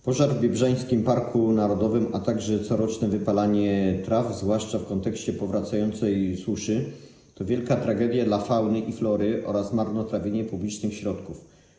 Pożar w Biebrzańskim Parku Narodowym, a także coroczne wypalanie traw, zwłaszcza w kontekście powracającej suszy, to wielka tragedia dla fauny i flory oraz marnotrawienie publicznych środków.